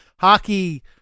Hockey